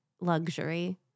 luxury